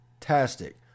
fantastic